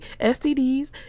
STDs